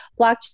blockchain